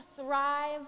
thrive